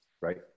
Right